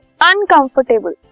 uncomfortable